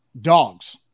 dogs